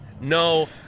no